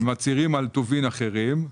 מצהירים על טובין אחרים.